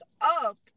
up